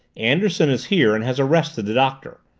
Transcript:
anderson is here and has arrested the doctor.